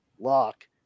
lock